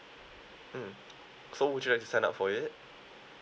mm so would you like to sign up for it